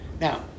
Now